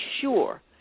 sure